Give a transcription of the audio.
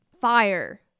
fire